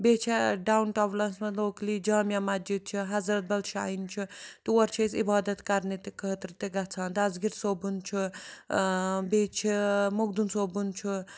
بیٚیہِ چھےٚ down towns منٛز لوکلی جامِع مَسجِد چھِ حضرت بَل شرٛایِن چھُ تور چھِ أسۍ عبادت کَرنہِ تہِ خٲطرٕ تہِ گَژھان دَسگیٖر صٲبُن چھُ بیٚیہِ چھِ مخدُن صٲبُن چھُ